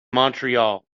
montreal